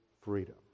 freedom